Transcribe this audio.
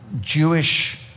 Jewish